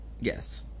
Yes